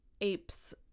apes